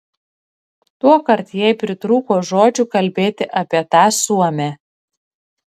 tuokart jai pritrūko žodžių kalbėti apie tą suomę